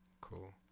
cool